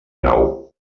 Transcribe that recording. grau